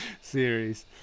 series